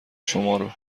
شمارو